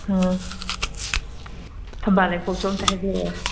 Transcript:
ꯑ ꯊꯝꯕꯥꯜ ꯂꯩꯈꯣꯛꯁꯨ ꯑꯝꯇ ꯍꯥꯏꯕꯤꯔꯛꯑꯣ